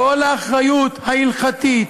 כל האחריות ההלכתית,